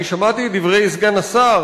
אני שמעתי את דברי סגן השר,